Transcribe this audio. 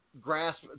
grasp